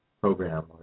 program